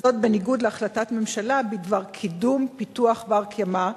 בניגוד להחלטת הממשלה בדבר קידום פיתוח בר-קיימא,